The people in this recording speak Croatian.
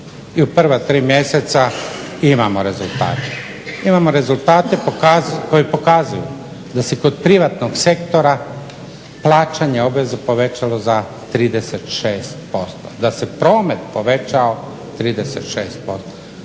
i u prva tri mjeseca imamo rezultate. Imamo rezultate koji pokazuju da se kod privatnog sektora plaćanje obveza povećalo za 36%, da se promet povećao 36%,